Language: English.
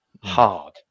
hard